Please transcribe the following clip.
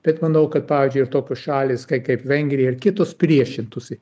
bet manau kad pavyzdžiui ir tokios šalys kai kaip vengrija ir kitos priešintųsi